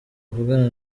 avugana